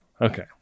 Okay